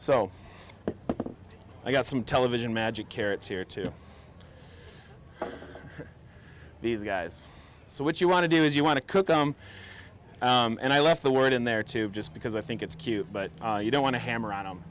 so i got some television magic carrots here to these guys so what you want to do is you want to cook them and i left the word in there too just because i think it's cute but you don't want to hammer